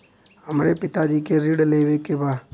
हमरे पिता जी के ऋण लेवे के बा?